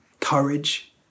courage